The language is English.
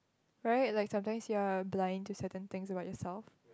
right like some times you're blind to certain things about yourself